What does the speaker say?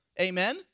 Amen